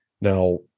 Now